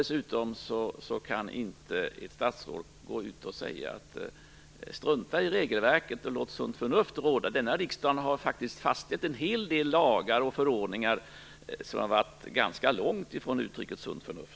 Dessutom kan ett statsråd inte gå ut och säga: Strunta i regelverket och låt sunt förnuft råda! Denna riksdag har faktiskt fastställt en hel del lagar och förordningar som varit ganska långt från uttrycket sunt förnuft.